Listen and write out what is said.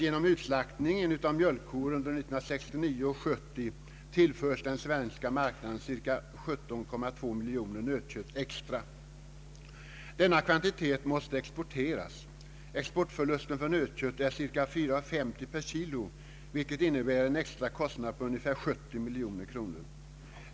Genom utslaktningen av mjölkkor under 1969/70 tillförs den svenska marknaden cirka 17,2 miljoner kilogram nötkött extra. Denna kvantitet måste exporteras. Exportförlusten för nötkött är cirka 4:50 kronor per kilogram, vilket innebär en extra kostnad på ungefär 70 miljoner kronor.